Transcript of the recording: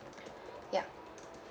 ya